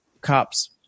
cops